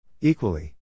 Equally